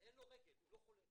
אין לו רגל, הוא לא חולה.